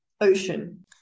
ocean